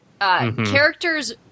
characters